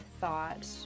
thought